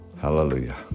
Hallelujah